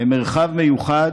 הן מרחב מיוחד,